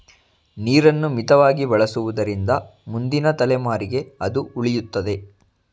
ನೀರನ್ನು ಮಿತವಾಗಿ ಬಳಸುವುದರಿಂದ ಮುಂದಿನ ತಲೆಮಾರಿಗೆ ಅದು ಉಳಿಯುತ್ತದೆ